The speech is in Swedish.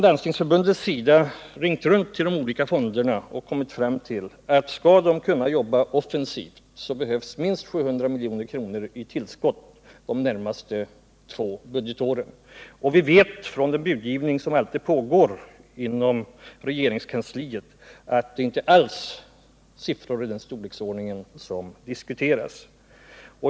Landstingsförbundet har ringt runt till de olika fonderna och då kommit fram till att om man skall jobba offensivt behövs det 700 milj.kr. för de närmaste två budgetåren. Vi vet från den budgivning som alltid pågår inom regeringskansliet att det inte alls är siffror i den storleksordningen som diskuteras.